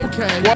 Okay